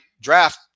draft